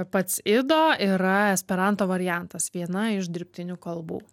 pats ido yra esperanto variantas viena iš dirbtinių kalbų